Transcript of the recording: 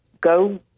go